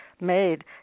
made